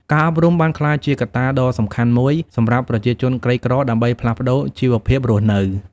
ការអប់រំបានក្លាយជាកត្តាដ៏សំខាន់មួយសម្រាប់ប្រជាជនក្រីក្រដើម្បីផ្លាស់ប្ដូរជីវភាពរស់នៅ។